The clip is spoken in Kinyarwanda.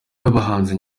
n’abahanzi